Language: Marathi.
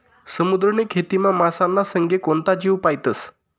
समुद्रनी खेतीमा मासाना संगे कोणता जीव पायतस?